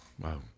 Wow